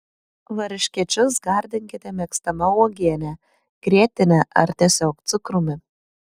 varškėčius gardinkite mėgstama uogiene grietine ar tiesiog cukrumi